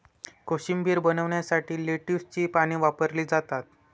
कोशिंबीर बनवण्यासाठी लेट्युसची पाने वापरली जातात